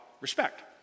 respect